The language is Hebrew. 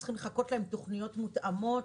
צריכים לחכות לכם עם תוכניות מותאמות,